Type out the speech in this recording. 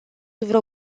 vreo